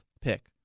pick